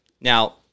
Now